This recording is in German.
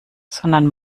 sondern